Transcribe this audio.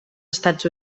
estats